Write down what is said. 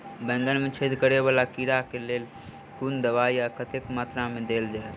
बैंगन मे छेद कराए वला कीड़ा केँ लेल केँ कुन दवाई आ कतेक मात्रा मे देल जाए?